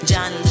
John